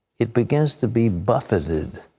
it begins to be buffeted.